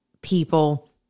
people